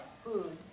food